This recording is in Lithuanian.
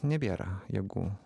nebėra jėgų